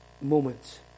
Moments